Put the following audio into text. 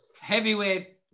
heavyweight